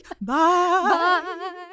bye